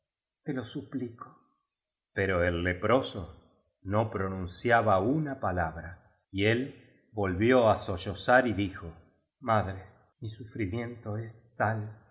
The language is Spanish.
te lo suplico pero el leproso no pronunciaba una palabra y él volvió á sollozar y dijo madre mi sufrimiento es tal